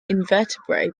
invertebrate